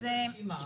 תבקש את הרשימה.